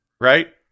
right